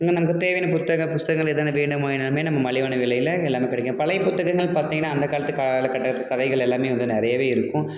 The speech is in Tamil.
இங்கே நமக்குத் தேவையான புத்தகம் புஸ்தகங்கள் ஏதேனும் வேணுமா எல்லாமே நம்ம மலிவான விலையில் இங்கே எல்லாம் கிடைக்கும் பழைய புத்தகங்களுன்னு பார்த்தீங்கன்னா அந்த காலத்து காலக்கட்ட கதைகள் எல்லாமே வந்து நிறையவே இருக்கும்